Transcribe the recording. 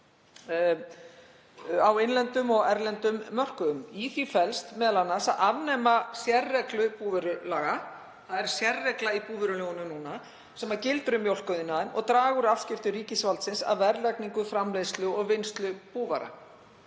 á innlendum og erlendum mörkuðum. Í því felst m.a. að afnema sérreglu búvörulaga, það er sérregla í búvörulögunum núna, sem gildir um mjólkuriðnaðinn, og draga úr afskiptum ríkisvaldsins af verðlagningu, framleiðslu og vinnslu búvara